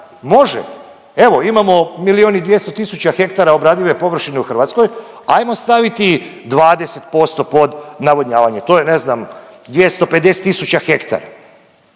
može, evo imamo milijun i 200 tisuća hektara obradive površine u Hrvatskoj, ajmo staviti 20% pod navodnjavanje, to je ne znam 250 tisuća hektara,